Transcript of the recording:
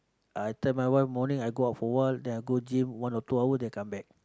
I tell my wife morning I go out for a while then I go gym one or two hour then I come back